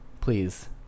please